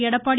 Edappadi